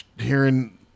hearing